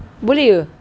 boleh ke